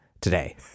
today